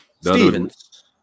Stevens